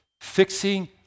fixing